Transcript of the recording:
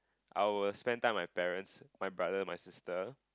I will spend time with my parents my brother my sister